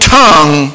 tongue